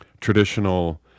traditional